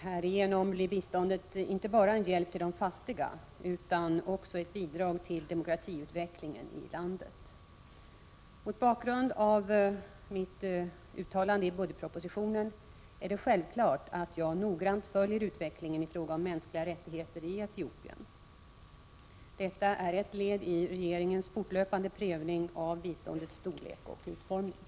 Härigenom blir biståndet inte bara en hjälp till fattiga utan också ett bidrag till demokratiutvecklingen i landet. Mot bakgrund av mitt uttalande i budgetpropositionen är det självklart att jag noggrant följer utvecklingen i fråga om mänskliga rättigheter i Etiopien. Detta är ett led i regeringens fortlöpande prövning av biståndets storlek och utformning.